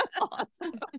Awesome